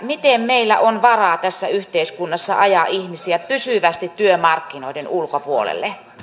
miten meillä on varaa tässä yhteiskunnassa ajaa ihmisiä pysyvästi työmarkkinoiden ulkopuolelle